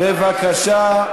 בבקשה,